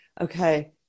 Okay